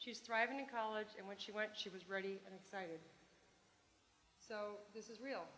thriving in college and when she went she was ready and excited so this is real